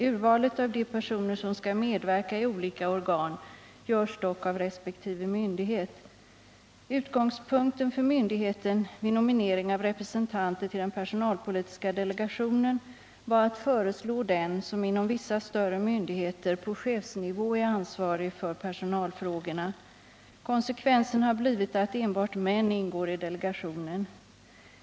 Urvalet av de personer som skall medverka i olika organ görs dock av resp. myndighet. Utgångspunkten för myndigheterna vid nominering av representanter till den personalpolitiska delegationen var att föreslå den som inom vissa större myndigheter på chefsnivå är ansvarig för personalfrågorna. Konsekvensen har blivit att enbart män ingår i delegationen.